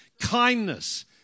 kindness